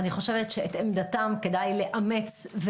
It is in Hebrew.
את עמדתם כדאי לאמץ.